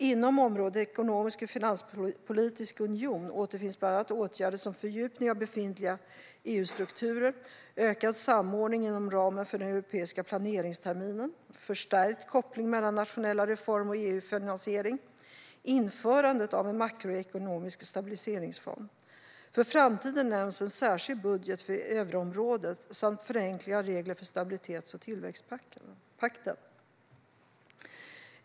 Inom det område som rör en ekonomisk och finanspolitisk union återfinns bland annat åtgärder som handlar om fördjupning av befintliga EUstrukturer, ökad samordning inom ramen för den europeiska planeringsterminen, förstärkt koppling mellan nationella reformer och EU-finansiering samt införandet av en makroekonomisk stabiliseringsfond. För framtiden nämns en särskild budget för euroområdet samt förenkling av regler för stabilitets och tillväxtpakten.